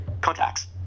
contacts